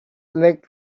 leg